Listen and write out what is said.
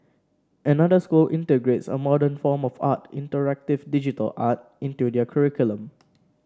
another school integrates a modern form of art interactive digital art into their curriculum